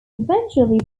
eventually